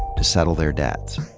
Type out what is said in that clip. to settle their debts.